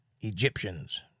Egyptians